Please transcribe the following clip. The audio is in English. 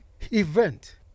event